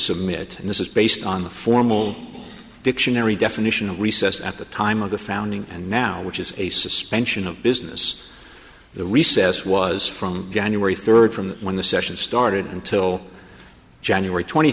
submit and this is based on the formal dictionary definition of recess at the time of the founding and now which is a suspension of business the recess was from january third from when the session started until january twenty